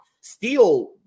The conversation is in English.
Steel